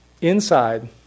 inside